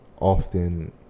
often